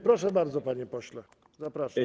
Proszę bardzo, panie pośle, zapraszam.